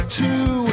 two